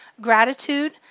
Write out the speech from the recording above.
gratitude